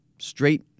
straight